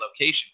location